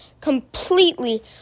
completely